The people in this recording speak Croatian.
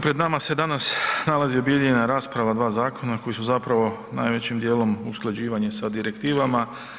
Pred nama se danas nalazi objedinjena rasprava dva zakona koja su zapravo najvećim dijelom usklađivanje sa direktivama.